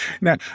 Now